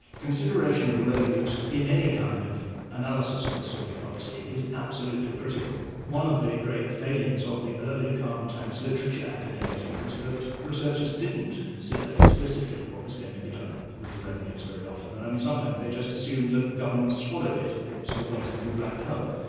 consideration of the revenues in any kind of analysis of this sort of policy is absolutely critical. one of the great failings of the early carbon tax literature academically, was that researchers didn't consider explicitly what was going to be done with the revenues very often, and sometimes they just assumed that governments swallowed it, and it sort of went into a black hole.